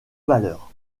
valeur